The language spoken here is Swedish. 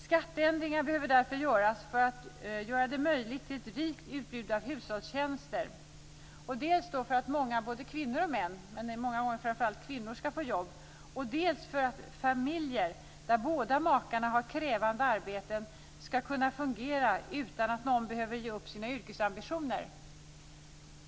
Skatteändringar behöver därför göras för att möjliggöra ett rikt utbud av hushållstjänster, dels för att många - både kvinnor och män, men många gånger framför allt kvinnor - skall få jobb, dels för att familjer där båda makarna har krävande arbeten skall kunna fungera utan att någon behöver ge upp sina yrkesambitioner.